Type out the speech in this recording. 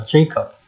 Jacob